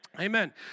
Amen